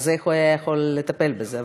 אז הוא יכול היה לטפל בזה?